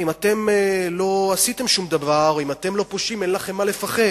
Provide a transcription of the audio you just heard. אם אתם לא עשיתם שום דבר או אם אתם לא פושעים אין לכם מה לפחד,